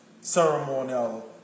ceremonial